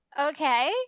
okay